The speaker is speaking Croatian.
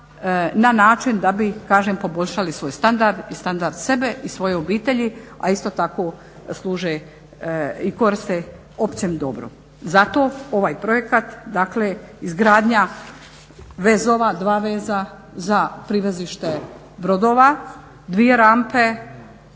na način da bi kažem poboljšali svoj standard i standard sebe i svoje obitelji, a isto tako služe i koriste općem dobru. Zato ovaj projekat, dakle izgradnja vezova, dva veza za privezište brodova, dvije rampe